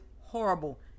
horrible